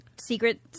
secret